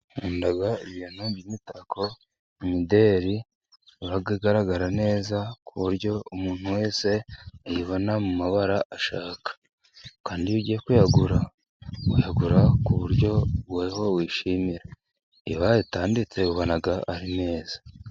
Nkunda ibintu by'imitako, imideri yabaga igaragara neza ku buryo umuntu wese ayibona mu mabara ashaka, kandi iyo ugiye ku yagura uyagura ku buryo weho wishimira ibara ritanditse ubona ari neza.